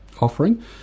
offering